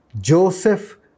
Joseph